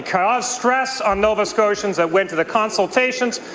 caused stress on nova scotians that went to the consultations.